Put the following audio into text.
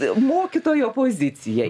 mokytojo pozicijai